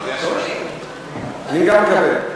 אז יש, אני גם מקבל.